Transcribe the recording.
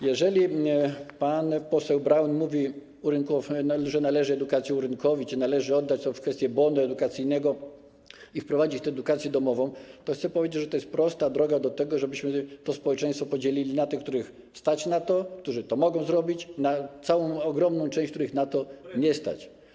Jeżeli pan poseł Braun mówi, że należy edukację urynkowić, że należy oddać to, chodzi o kwestię bonu edukacyjnego, i wprowadzić edukację domową, to chcę powiedzieć, że to jest prosta droga do tego, żebyśmy to społeczeństwo podzielili na tych, których stać na to, którzy to mogą zrobić, i na całą ogromną część, której na to nie stać.